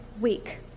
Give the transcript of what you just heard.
week